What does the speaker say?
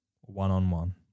one-on-one